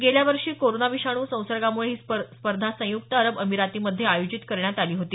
गेल्या वर्षी कोरोना विषाणू संसर्गामुळे ही स्पर्धा संयुक्त अरब अमिरातीमध्ये आयोजित करण्यात आली होती